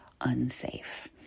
unsafe